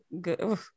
good